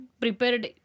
prepared